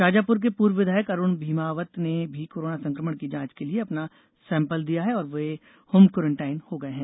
शाजापुर के पूर्व विधायक अरूण भीमावत ने भी कोरोना संकमण की जांच के लिये अपना सेंपल दिया है और वे होमक्वारेंटीन हो गये हैं